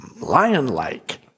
lion-like